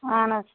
اَہَن حظ